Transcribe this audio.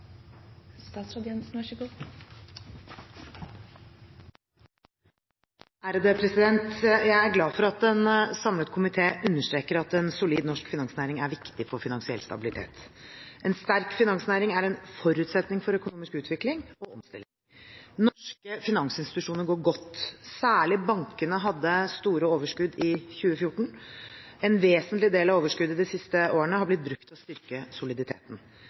glad for at en samlet komité understreker at en solid norsk finansnæring er viktig for finansiell stabilitet. En sterk finansnæring er en forutsetning for økonomisk utvikling og omstilling. Norske finansinstitusjoner går godt. Særlig bankene hadde store overskudd i 2014. En vesentlig del av overskuddet de siste årene har blitt brukt til å styrke soliditeten.